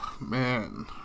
Man